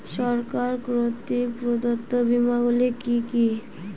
সরকার কর্তৃক প্রদত্ত বিমা গুলি কি কি?